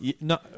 No